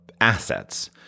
assets